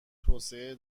توسعه